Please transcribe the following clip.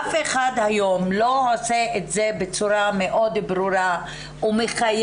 אף אחד היום לא עושה את זה בצורה מאוד ברורה ומחייבת.